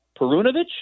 Perunovic